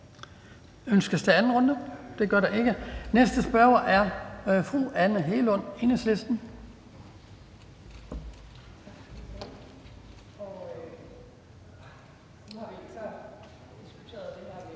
anden kort bemærkning? Det gør der ikke. Næste spørger er fru Anne Hegelund, Enhedslisten.